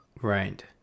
Right